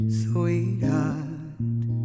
sweetheart